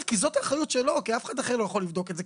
כי זאת האחריות שלו כי אף אחד אחר לא יכול לבדוק את זה.